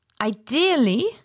Ideally